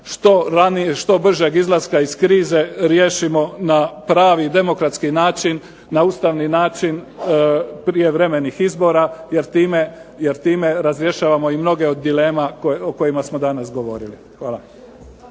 što bržeg izlaska iz krize riješimo na pravi demokratski način, na ustavni način prijevremenih izbora jer time razrješavamo i mnoge od dilema o kojima smo danas govorili. Hvala.